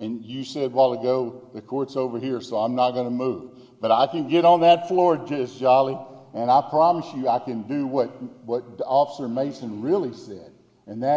and you said well we go the courts over here so i'm not going to move but i can get on that floor to this jolly and i promise you i can do what what the officer mason really said and that